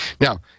Now